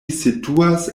situas